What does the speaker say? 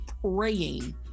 praying